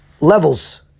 levels